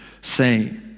say